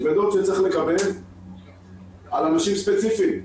כבדות שצריך לקבל על אנשים ספציפיים,